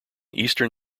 eastern